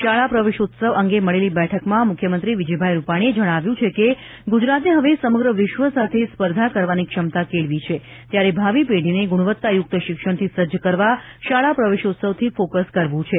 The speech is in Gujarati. શાળા પ્રવેશોત્સવ અંગે મળેલી બેઠકમાં મુખ્યમંત્રી વિજયભાઇ રૂપાણીએ જણાવ્યું છે કે ગુજરાતે હવે સમત્ર વિશ્વ સાથે સ્પર્ધા કરવાની ક્ષમતા કેળવી છે ત્યારે ભાવિ પેઢીને ગુણવત્તાયુક્ત શિક્ષણથી સજજ કરવા શાળા પ્રવેશોત્સવથી ફોકસ કરવું છે